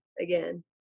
again